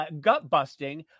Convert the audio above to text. gut-busting